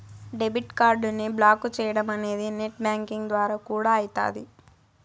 debit కార్డుని block చేయడమనేది net banking ద్వారా కూడా అయితాది